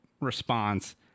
response